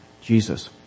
Jesus